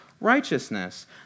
righteousness